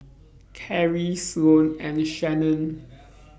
Karri Sloane and Shanon